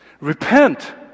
repent